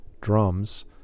drums